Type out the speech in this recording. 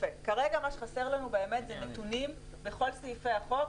מה שחסר לנו כרגע זה נתונים בכל סעיפי החוק,